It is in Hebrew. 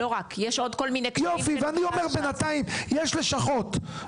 אני אומר: בינתיים יש לשכות.